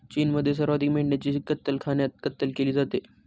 चीनमध्ये सर्वाधिक मेंढ्यांची कत्तलखान्यात कत्तल केली जाते